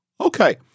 Okay